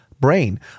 BRAIN